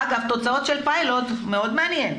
אגב, תוצאות של פיילוט מאוד מעניינות.